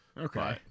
Okay